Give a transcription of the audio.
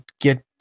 get